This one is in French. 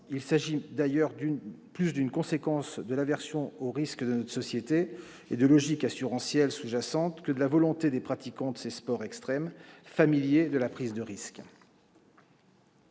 il s'agit d'ailleurs plus d'une conséquence de l'aversion au risque de notre société et de logiques assurantielles sous-jacentes que de la volonté des pratiquants de ces sports extrêmes, familiers de la prise de risque.